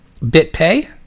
BitPay